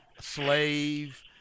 Slave